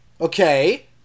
Okay